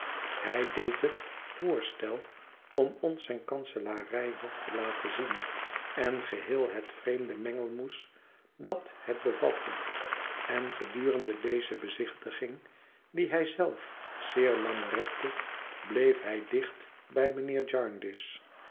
hij deed het voorstel om ons zijn kanselarij hof te laten zien en geheel het vreemde mengelmoes dat het bevatte en gedurende onze bezichtiging die hij zelf zeer lang rekte bleef hij dicht bij mijnheer